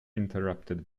interrupted